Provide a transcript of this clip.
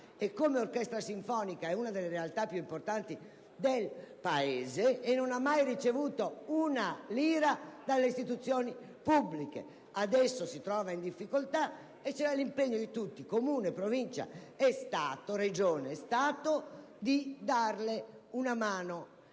come orchestra sinfonica è una delle realtà più importanti del Paese - senza mai ricevere una lira dalle istituzioni pubbliche. Adesso si trova in difficoltà e c'era l'impegno di tutti (Comune, Provincia, Regioni e Stato) a darle una mano.